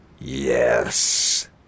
Yes